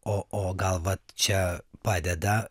o o gal vat čia padeda